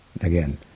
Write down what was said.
Again